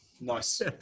Nice